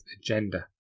agenda